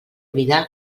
oblidar